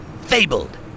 fabled